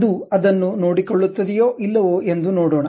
ಅದು ಅದನ್ನು ನೋಡಿಕೊಳ್ಳುತ್ತದೆಯೋ ಇಲ್ಲವೋ ಎಂದು ನೋಡೋಣ